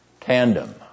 tandem